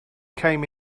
came